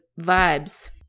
vibes